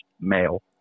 male